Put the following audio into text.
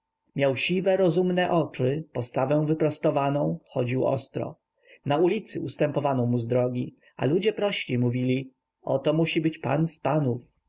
siwe rozumne oczy postawę wyprostowaną chodził ostro na ulicy ustępowano mu z drogi a ludzie prości mówili oto musi być pan z panów